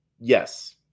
Yes